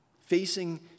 Facing